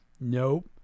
Nope